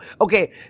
Okay